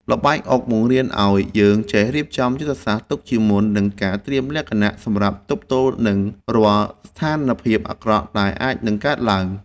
ល្បែងអុកបង្រៀនឱ្យយើងចេះរៀបចំយុទ្ធសាស្ត្រទុកជាមុននិងការត្រៀមលក្ខណៈសម្រាប់ទប់ទល់នឹងរាល់ស្ថានភាពអាក្រក់ដែលនឹងអាចកើតឡើង។